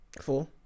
Four